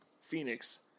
Phoenix